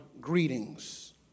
greetings